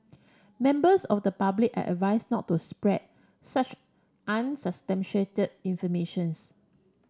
members of the public are advised not to spread such unsubstantiated informations